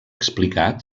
explicat